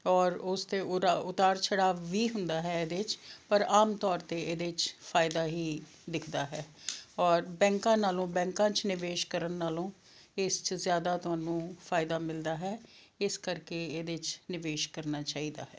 ਔਰ ਉਸ 'ਤੇ ਉਰਾ ਉਤਾਰ ਚੜ੍ਹਾਅ ਵੀ ਹੁੰਦਾ ਹੈ ਇਹਦੇ 'ਚ ਪਰ ਆਮ ਤੌਰ 'ਤੇ ਇਹਦੇ 'ਚ ਫਾਇਦਾ ਹੀ ਦਿਖਦਾ ਹੈ ਔਰ ਬੈਂਕਾਂ ਨਾਲੋਂ ਬੈਂਕਾਂ 'ਚ ਨਿਵੇਸ਼ ਕਰਨ ਨਾਲੋਂ ਇਸ 'ਚ ਜ਼ਿਆਦਾ ਤੁਹਾਨੂੰ ਫਾਇਦਾ ਮਿਲਦਾ ਹੈ ਇਸ ਕਰਕੇ ਇਹਦੇ 'ਚ ਨਿਵੇਸ਼ ਕਰਨਾ ਚਾਹੀਦਾ ਹੈ